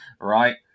right